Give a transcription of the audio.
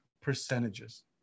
percentages